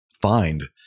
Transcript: Find